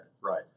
Right